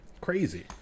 crazy